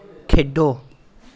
खेढो